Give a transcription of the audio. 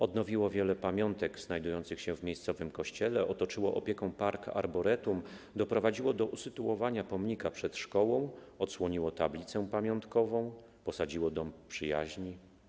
Odnowiło wiele pamiątek znajdujących się w miejscowym kościele, otoczyło opieką park arboretum, doprowadziło do usytuowania pomnika przed szkołą, odsłoniło tablicę pamiątkową oraz posadziło dąb przyjaźni.